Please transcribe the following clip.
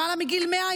למעלה מגיל 100,